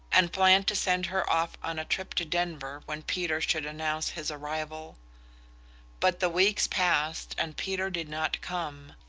and planned to send her off on a trip to denver when peter should announce his arrival but the weeks passed, and peter did not come.